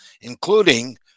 including